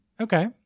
Okay